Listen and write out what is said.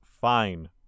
fine